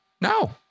No